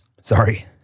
Sorry